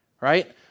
right